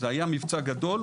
זה היה מבצע גדול.